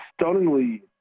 stunningly